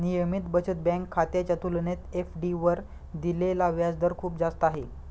नियमित बचत बँक खात्याच्या तुलनेत एफ.डी वर दिलेला व्याजदर खूप जास्त आहे